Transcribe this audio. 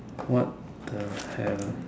what the hell